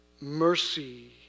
mercy